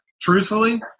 truthfully